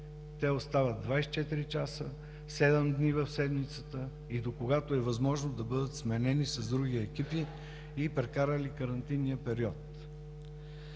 – остават 24 часа, седем дни в седмицата и докогато е възможно да бъдат сменени с други екипи, прекарали карантинния период.